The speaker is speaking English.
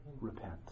Repent